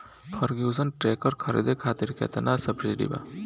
Ferguson tractor के खरीद करे खातिर केतना सब्सिडी बा?